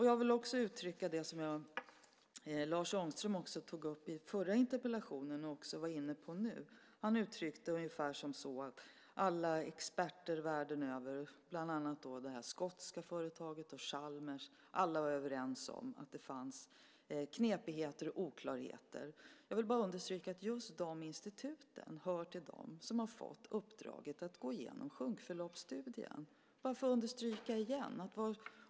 Jag vill också kommentera det som Lars Ångström tog upp i förra interpellationsdebatten och också var inne på nu. Han uttryckte sig ungefär som att alla experter världen över, bland annat det här skotska företaget och Chalmers, var överens om att det fanns knepigheter och oklarheter. Jag vill bara understryka att just de instituten hör till dem som har fått uppdraget att gå igenom sjunkförloppsstudien.